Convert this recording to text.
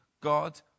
God